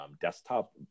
desktop